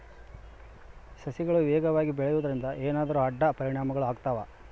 ಸಸಿಗಳು ವೇಗವಾಗಿ ಬೆಳೆಯುವದರಿಂದ ಏನಾದರೂ ಅಡ್ಡ ಪರಿಣಾಮಗಳು ಆಗ್ತವಾ?